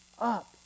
up